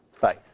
faith